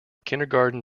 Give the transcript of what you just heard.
kindergarten